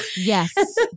Yes